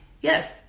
Yes